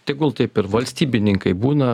tegul taip ir valstybininkai būna